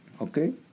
okay